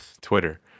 Twitter